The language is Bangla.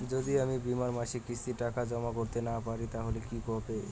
যদি আমি বীমার মাসিক কিস্তির টাকা জমা করতে না পারি তাহলে কি হবে?